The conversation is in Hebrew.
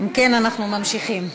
אם כן, אנחנו ממשיכים.